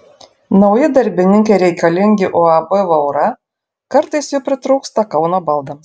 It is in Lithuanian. nauji darbininkai reikalingi uab vaura kartais jų pritrūksta kauno baldams